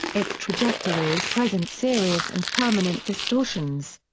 its trajectories present serious and permanent distortions.